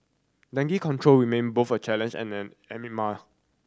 dengue control remain both a challenge and an enigma